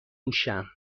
نوشم